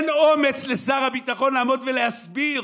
לשר הביטחון אין אומץ לעמוד ולהסביר